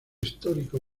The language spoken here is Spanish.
histórico